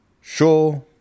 sure